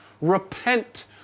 repent